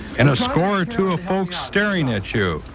and a score or two of folks staring at you.